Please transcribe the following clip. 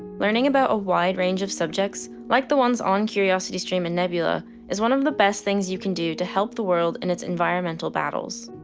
learning about a wide range of subjects like the one on curiosity stream and nebula is one of the best things you can do to help the world in its environmental battles.